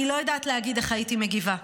אני לא יודעת להגיד איך הייתי מגיבה.